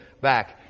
back